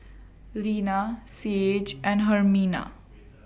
Lina Saige and Hermina